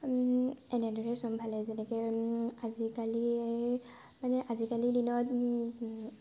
এনেদৰে চম্ভালে যেনেকৈ আজিকালি মানে আজিকালি দিনত